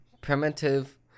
primitive